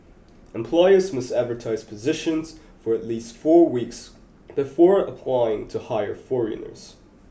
employers must advertise positions for at least four weeks before applying to hire foreigners